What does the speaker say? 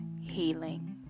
healing